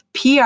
PR